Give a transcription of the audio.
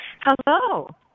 Hello